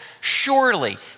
Surely